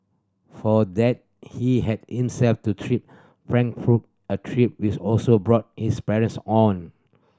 for that he had to trip Frankfurt a trip which also brought his parents on